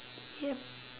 ya